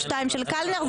שתיים של קלנר,